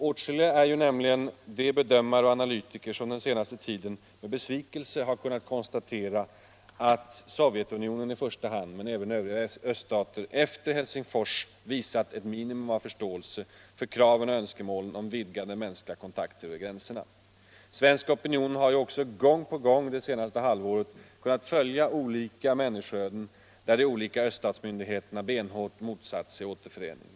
Åtskilliga är ju nämligen de bedömare och analytiker som den senaste tiden med besvikelse har kunnat konstatera att i första hand Sovjetunionen men även övriga öststater efter Helsingforskonferensen visat ett minimum av förståelse för kraven på och önskemålen om vidgade mänskliga kontakter över gränserna. Svensk opinion har också gång på gång det senaste halvåret kunnat följa olika människoöden, där de olika öststatsmyndigheterna benhårt motsatt sig återförening.